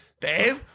babe